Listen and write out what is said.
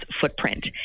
footprint